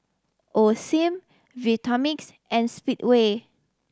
Osim Vitamix and Speedway